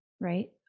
right